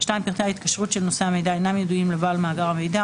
פרטי ההתקשרות של נושא המידע אינם ידועים לבעל מאגר המידע,